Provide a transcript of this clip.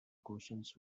questions